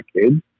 kids